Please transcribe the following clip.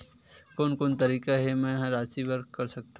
कोन कोन तरीका ले मै ह राशि कर सकथव?